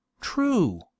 true